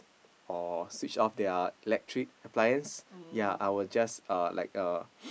or switch off their electric appliance ya I will just uh like uh